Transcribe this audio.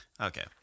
Okay